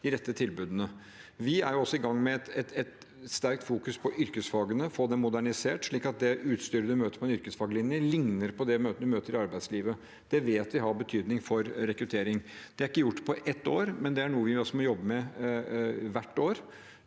de rette tilbudene. Vi er også i gang med et sterkt fokus på å få yrkesfagene modernisert, slik at det utstyret man møter på en yrkesfaglinje, ligner på det man møter i arbeidslivet. Det vet vi har betydning for rekruttering. Det er ikke gjort på ett år. Det er noe vi må jobbe med hvert år,